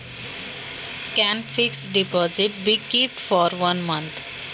एका महिन्यासाठी मुदत ठेव ठेवता येते का?